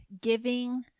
giving